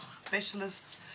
specialists